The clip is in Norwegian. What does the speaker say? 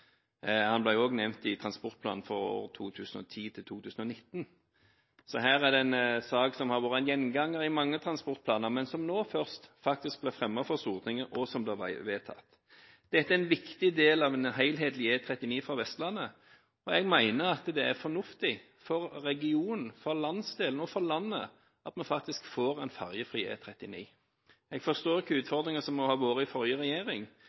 Så her er det en sak som har vært en gjenganger i mange transportplaner, men som først nå faktisk blir fremmet for Stortinget, og som blir vedtatt. Dette er en viktig del av en helhetlig E39 for Vestlandet, og jeg mener at det er fornuftig for regionen, for landsdelen og for landet at vi faktisk får en ferjefri E39. Jeg forstår hvilke utfordringer som må ha vært i forrige regjering